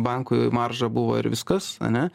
bankui marža buvo ir viskas ane